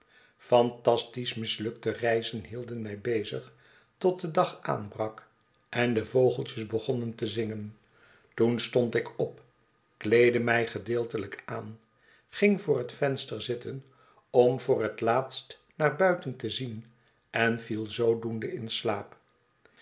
phantastisch mislukte reizen hielden mij bezig tot de dag aanbrak en de vogeltjes begonnen te zingen toen stond ik op kleedde mij gedeeltelijk aan ging voor het venster zitten om voor het laatst naar buiten te zien en viel zoodoende in slaap